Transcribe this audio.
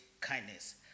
kindness